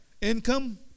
income